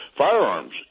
firearms